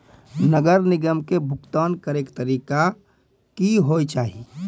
नगर निगम के भुगतान करे के तरीका का हाव हाई?